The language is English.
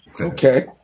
Okay